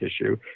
issue